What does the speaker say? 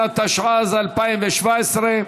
(תיקון, חישוב עליית מחירי הארנונה), התשע"ז 2017,